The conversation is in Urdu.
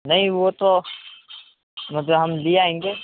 نہیں وہ تو مطلب ہم لے ہی آئیں گے